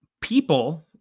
People